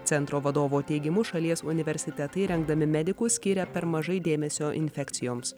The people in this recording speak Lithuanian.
centro vadovo teigimu šalies universitetai rengdami medikus skiria per mažai dėmesio infekcijoms